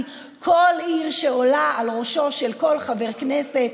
כל עיר שעולה בראשו של כל חבר כנסת,